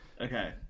Okay